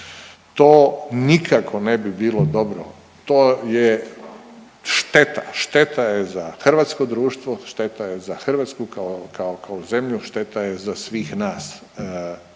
To nikako ne bi bilo dobro, to je šteta, šteta je za hrvatsko društvo, šteta je za Hrvatsku kao zemlju, šteta je za svih nas